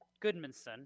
Goodmanson